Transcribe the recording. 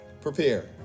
Prepare